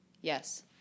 Yes